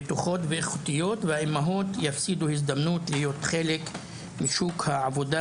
בטוחות ואיכותיות והאימהות יפסידו הזדמנות להיות חלק משוק העבודה,